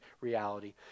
reality